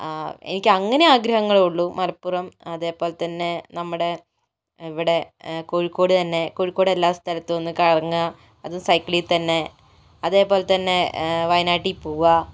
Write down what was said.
എനിക്ക് അങ്ങനെ ആഗ്രഹങ്ങളേ ഉള്ളൂ മലപ്പുറം അതേപോലെത്തന്നെ നമ്മുടെ ഇവിടെ കോഴിക്കോട് തന്നെ കോഴിക്കോട് എല്ലാ സ്ഥലത്തും ഒന്ന് കറങ്ങുക അതും സൈക്കിളിൽ തന്നെ അതേപോലെത്തന്നെ വയനാട്ടിൽ പോവുക